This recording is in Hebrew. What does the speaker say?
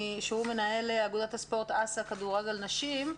מנהל אגודת הספורט אס"א כדורגל נשים,